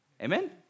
Amen